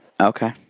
Okay